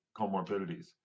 comorbidities